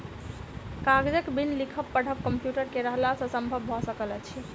कागजक बिन लिखब पढ़ब कम्प्यूटर के रहला सॅ संभव भ सकल अछि